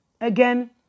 again